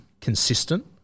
consistent